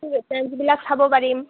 গোটেইবিলাক চাব পাৰিম